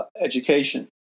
Education